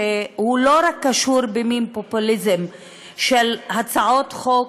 שלא רק קשור במין פופוליזם של הצעות חוק,